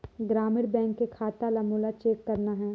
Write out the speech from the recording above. ग्रामीण बैंक के खाता ला मोला चेक करना हे?